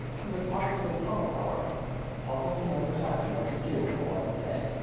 he was obviously puzzled, however puzzled to know precisely what to do or what to say.